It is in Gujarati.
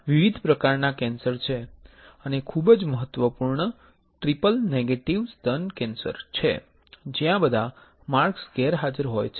તેથી વિવિધ પ્રકારના કેન્સર છે અને ખૂબ જ મહત્વપૂર્ણ ટ્રિપલ નેગેટીવ સ્તન કેન્સર છે જ્યાં બધા માર્કર્સ ગેરહાજર હોય છે